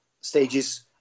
stages